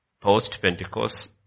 Post-Pentecost